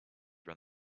run